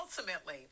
ultimately